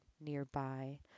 nearby